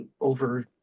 over